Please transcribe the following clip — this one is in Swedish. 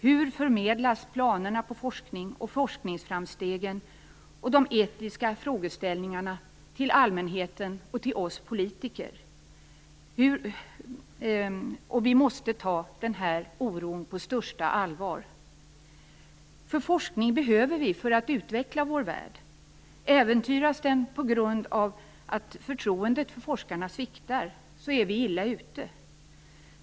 Hur förmedlas planerna på forskning och forskningsframstegen och de etiska frågeställningarna till allmänheten och till oss politiker? Vi måste ta oron på största allvar. För forskning behöver vi för att utveckla vår värld. Äventyras den på grund av att förtroendet för forskarna sviktar är vi illa ute.